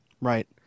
Right